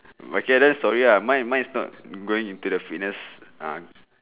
okay then sorry uh mine mine is not going into the fitness ah